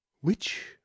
Which